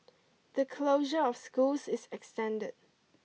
the closure of schools is extended